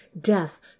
Death